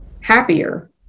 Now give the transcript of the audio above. happier